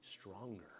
stronger